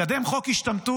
לקדם חוק השתמטות